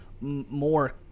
more